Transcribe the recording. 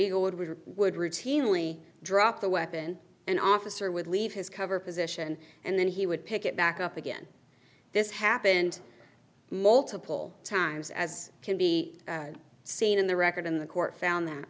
eagle would we would routinely drop the weapon an officer would leave his cover position and then he would pick it back up again this happened multiple times as can be seen in the record in the court found that